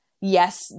yes